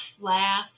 laugh